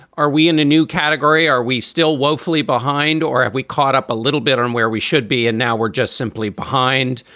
are we in a new category? are we still woefully behind or have we caught up a little bit on where we should be and now we're just simply behind?